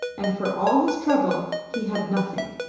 and for all his trouble he had nothing.